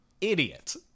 idiot